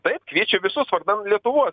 taip kviečia visus vardan lietuvos